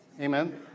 amen